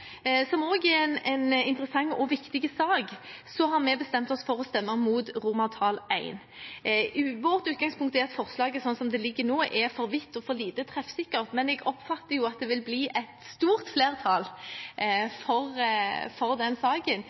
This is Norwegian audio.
også er en interessant og viktig sak, har vi bestemt oss for å stemme mot I. Vårt utgangspunkt er at forslaget som det ligger nå, er for vidt og for lite treffsikkert, men jeg oppfatter jo at det vil bli et stort flertall for den saken,